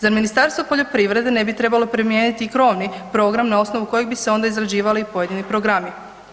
Zar Ministarstvo poljoprivrede ne bi trebalo primijeniti i krovni program na osnovu kojeg bi se onda izrađivali pojedini programi?